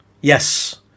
Yes